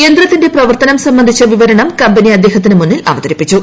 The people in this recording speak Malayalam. യന്ത്രത്തിന്റെ പ്രവർത്തനം സംബന്ധിച്ച വിവരണം കമ്പനി അദ്ദേഹത്തിനു മുന്നിൽഅവതരിപ്പിച്ചു